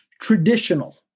traditional